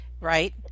right